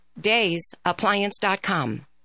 daysappliance.com